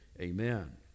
amen